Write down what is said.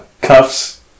cuffs